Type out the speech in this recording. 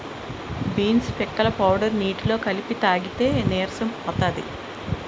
beans పిక్కల powder నీటిలో కలిపి తాగితే నీరసం పోతది